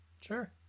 Sure